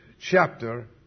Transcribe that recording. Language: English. chapter